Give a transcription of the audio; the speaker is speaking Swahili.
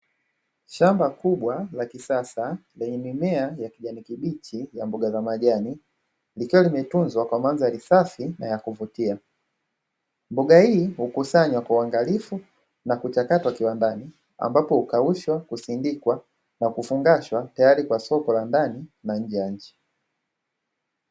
Shamba kubwa la kisasa lenye mimea ya kijani kibichi ya mboga za majani, likiwa limetuzwa kwa mandhari safi na ya kuvutia. Mboga hii hukusanywa kwa uangalifu na kuchakatwa kiwandani, ambapo hukaushwa, kusindikwa na kufungashwa tayari kwa soko la ndani na nje ya nchi.